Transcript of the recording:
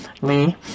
Lee